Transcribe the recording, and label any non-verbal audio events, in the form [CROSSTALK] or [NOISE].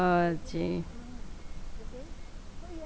[NOISE]